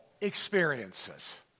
experiences